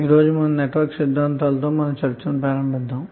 ఈ రోజు నెట్వర్క్ సిద్ధాంతాలతో మన చర్చను ప్రారంభిద్దాము